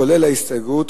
כולל ההסתייגות,